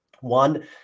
One